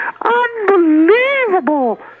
Unbelievable